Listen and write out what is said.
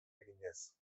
eginez